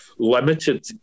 Limited